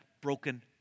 broken